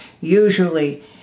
usually